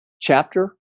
chapter